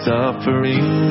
Suffering